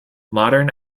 modern